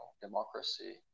democracy